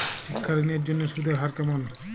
শিক্ষা ঋণ এর জন্য সুদের হার কেমন?